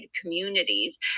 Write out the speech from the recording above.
communities